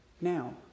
Now